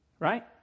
right